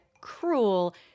cruel